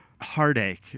heartache